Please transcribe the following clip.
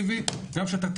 גם כשאתה אגרסיבי,